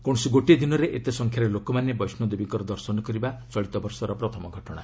କୌଣସି ଗୋଟିଏ ଦିନରେ ଏତେ ସଂଖ୍ୟାରେ ଲୋକମାନେ ବୈଷ୍ଣୋଦେବୀଙ୍କର ଦର୍ଶନ କରିବା ଚଳିତ ବର୍ଷର ପ୍ରଥମ ଘଟଣା